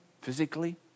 physically